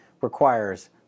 requires